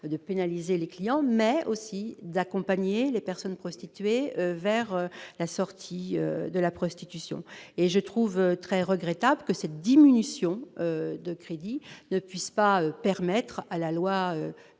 de pénaliser les clients mais aussi d'accompagner les personnes prostituées vers la sortie de la prostitution et je trouve très regrettable que cette diminution de crédit ne puisse pas permettre à la loi de d'exercer